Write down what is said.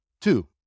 Two